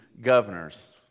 governors